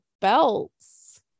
belts